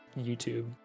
YouTube